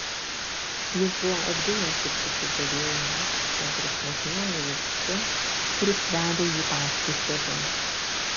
jis buvo apdujęs iš susižavėjimo šiuo prašmatniuoju vabzdžiu kuris vedė jį paskui save